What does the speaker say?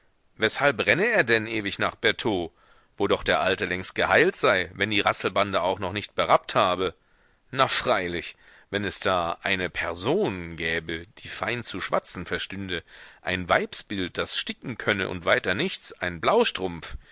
weshalb renne er denn ewig nach bertaux wo doch der alte längst geheilt sei wenn die rasselbande auch noch nicht berappt habe na freilich weil es da eine person gäbe die fein zu schwatzen verstünde ein weibsbild das sticken könne und weiter nichts ein